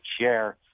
share